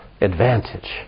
advantage